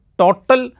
total